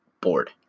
bored